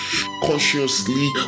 consciously